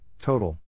total